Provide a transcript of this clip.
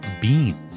beans